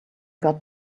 got